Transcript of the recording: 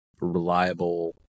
reliable